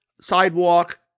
sidewalk